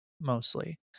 mostly